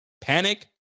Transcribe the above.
Panic